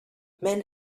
men